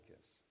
kiss